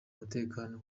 umutekano